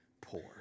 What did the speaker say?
poor